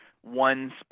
one